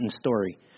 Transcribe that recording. story